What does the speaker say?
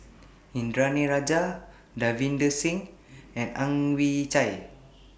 Indranee Rajah Davinder Singh and Ang Chwee Chai